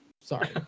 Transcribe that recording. Sorry